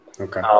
Okay